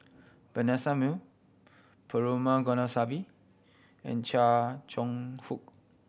Vanessa Mae Perumal Govindaswamy and Chia Cheong Fook